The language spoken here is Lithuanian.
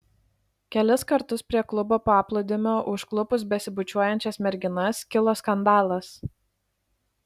kelis kartus prie klubo paplūdimio užklupus besibučiuojančias merginas kilo skandalas